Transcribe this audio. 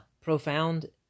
profound